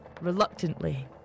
reluctantly